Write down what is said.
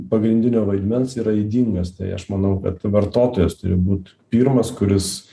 pagrindinio vaidmens yra ydingas tai aš manau kad vartotojas turi būt pirmas kuris